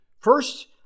first